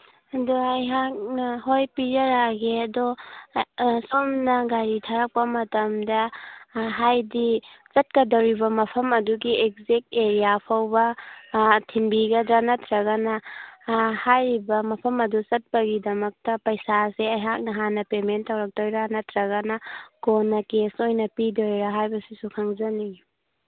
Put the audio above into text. ꯑꯗꯣ ꯑꯩꯍꯥꯛꯅ ꯍꯣꯏ ꯄꯤꯖꯔꯛꯑꯒꯦ ꯑꯗꯣ ꯁꯣꯝꯅ ꯒꯥꯔꯤ ꯊꯥꯔꯛꯄ ꯃꯇꯝꯗ ꯍꯥꯏꯗꯤ ꯆꯠꯀꯗꯧꯔꯤꯕ ꯃꯐꯝ ꯑꯗꯨꯒꯤ ꯑꯦꯛꯖꯦꯛ ꯑꯦꯔꯤꯌꯥ ꯐꯥꯎꯕ ꯊꯤꯟꯕꯤꯒꯗ꯭ꯔ ꯅꯠꯇ꯭ꯔꯒꯅ ꯍꯥꯏꯔꯤꯕ ꯃꯐꯝ ꯑꯗꯨ ꯆꯠꯄꯒꯤꯗꯃꯛꯇ ꯄꯩꯁꯥꯁꯦ ꯑꯩꯍꯥꯛꯅ ꯍꯥꯟꯅ ꯄꯦꯃꯦꯟ ꯇꯧꯔꯛꯇꯣꯏꯔ ꯅꯠꯇ꯭ꯔꯒꯅ ꯀꯣꯟꯅ ꯀꯦꯁ ꯑꯣꯏꯅ ꯄꯤꯗꯣꯏꯔ ꯍꯥꯏꯕꯁꯤꯁꯨ ꯈꯪꯖꯅꯤꯏ